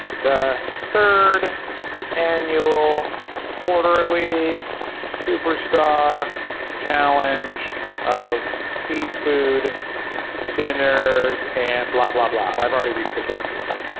the third annual quarterly superstar challenge of seafood dinners and, blah, blah, blah. oh i've already reached the character limit.